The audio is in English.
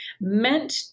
meant